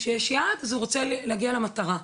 כשיש יעד אז הוא רוצה להגיע למטרה.